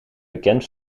bekend